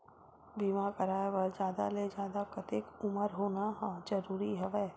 बीमा कराय बर जादा ले जादा कतेक उमर होना जरूरी हवय?